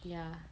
ya